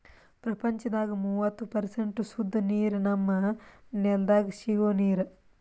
ಪ್ರಪಂಚದಾಗ್ ಮೂವತ್ತು ಪರ್ಸೆಂಟ್ ಸುದ್ದ ನೀರ್ ನಮ್ಮ್ ನೆಲ್ದಾಗ ಸಿಗೋ ನೀರ್